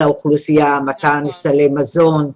סלי מזון,